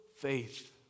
faith